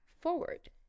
forward